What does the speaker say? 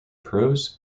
prose